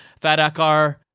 Fadakar